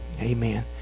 amen